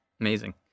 amazing